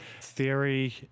Theory